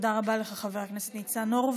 תודה רבה לך, חבר הכנסת ניצן הורוביץ.